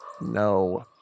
No